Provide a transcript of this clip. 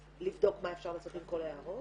לבדוק מה אפשר לעשות עם כל ההערות.